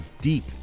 deep